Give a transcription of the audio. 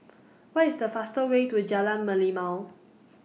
What IS The faster Way to Jalan Merlimau